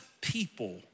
people